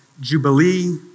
jubilee